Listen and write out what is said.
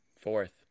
Fourth